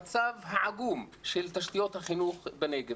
השנה והתוודעו למצב העגום של תשתיות החינוך בנגב.